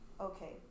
Okay